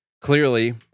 Clearly